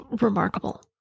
remarkable